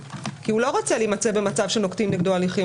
כי הוא לא רוצה להימצא במצב שנוקטים נגדו הליכים,